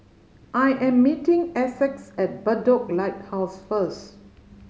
I am meeting Essex at Bedok Lighthouse first